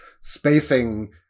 spacing